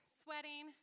sweating